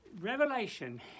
Revelation